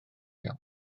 iawn